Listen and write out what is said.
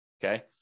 Okay